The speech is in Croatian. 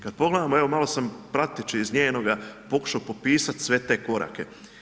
Kad pogledam evo malo sam praktički iz njenoga pokušao popisao sve te korake.